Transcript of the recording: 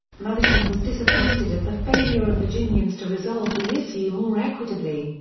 madison was disappointed at the failure of virginians to resolve the issue more equitably.